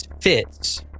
fits